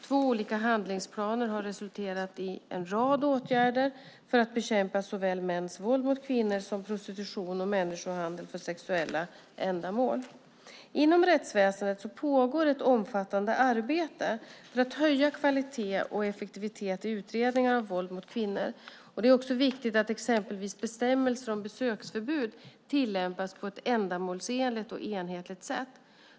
Två olika handlingsplaner har resulterat i en rad åtgärder för att bekämpa såväl mäns våld mot kvinnor som prostitution och människohandel för sexuella ändamål. Inom rättsväsendet pågår ett omfattande arbete för att höja kvalitet och effektivitet i utredningar av våld mot kvinnor. Det är också viktigt att exempelvis bestämmelser om besöksförbud tillämpas på ett ändamålsenligt och enhetligt sätt.